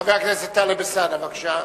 חבר הכנסת טלב אלסאנע, בבקשה.